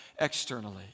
externally